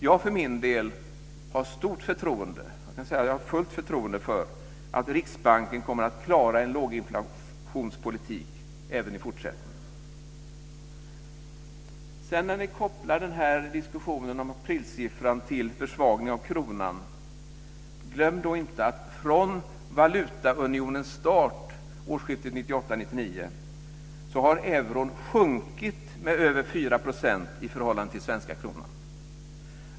Jag för min del har stort förtroende, fullt förtroende, för att Riksbanken kommer att klara en låginflationspolitik även i fortsättningen. När ni kopplar diskussionen om aprilsiffran till försvagning av kronan glöm då inte att från valutaunionens start årsskiftet 1998/99 har euron sjunkit med över 4 % i förhållande till svenska kronan.